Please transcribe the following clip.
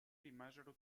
rimasero